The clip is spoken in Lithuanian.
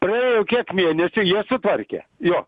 praėjo jau kiek mėnesių jie sutvarkė jo